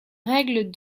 règle